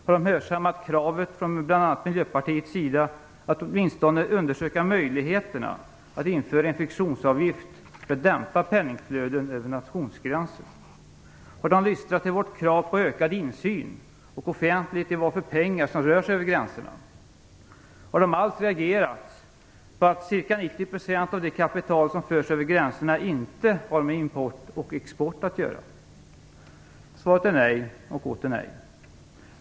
Har de hörsammat kravet från bl.a. Miljöpartiets sida om att åtminstone undersöka möjligheterna att införa en friktionsavgift för att dämpa penningflödena över nationsgränserna? Har de lystrat till vårt krav på ökad insyn och offentlighet när det gäller vad det är för pengar som rör sig över gränserna? Har de alls reagerat på att ca 90 % av det kapital som förs över gränserna inte har med import och export att göra? Svaret är nej och åter nej!